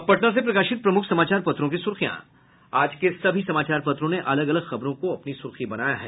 अब पटना से प्रकाशित प्रमुख समाचार पत्रों की सुर्खियां आज के सभी समाचार पत्रों ने अलग अलग खबरों को अपनी सुर्खी बनाया है